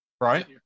right